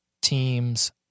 teams